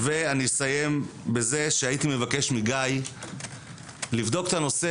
אני אסיים בזה שהייתי מבקש מגיא לבדוק את הנושא